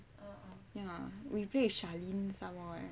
ya we played with charlene some more eh